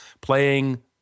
playing